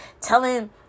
telling